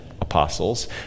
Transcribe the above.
apostles